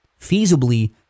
feasibly